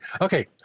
Okay